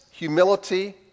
Humility